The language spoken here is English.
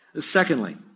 Secondly